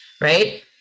right